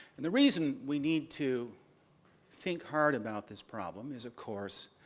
and the reason we need to think hard about this problem is, of course,